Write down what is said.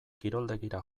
kiroldegira